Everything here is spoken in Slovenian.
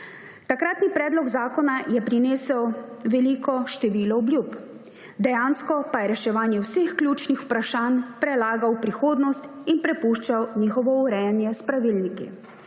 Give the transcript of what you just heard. Takratni predlog zakona je prinesel veliko število obljub, dejansko pa je reševanje vseh ključnih vprašanj prelagal v prihodnost in prepuščal njihovo urejanje s pravilniki.